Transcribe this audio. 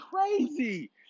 crazy